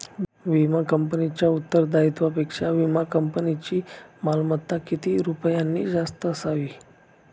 विमा कंपनीच्या उत्तरदायित्वापेक्षा विमा कंपनीची मालमत्ता किती रुपयांनी जास्त असावी?